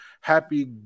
happy